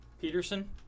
peterson